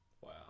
Wow